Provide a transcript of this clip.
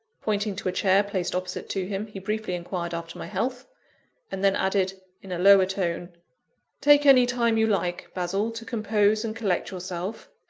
pointing to a chair placed opposite to him, he briefly inquired after my health and then added, in a lower tone take any time you like, basil, to compose and collect yourself.